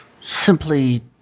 simply